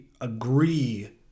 agree